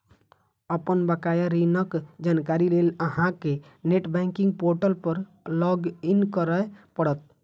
अपन बकाया ऋणक जानकारी लेल अहां कें नेट बैंकिंग पोर्टल पर लॉग इन करय पड़त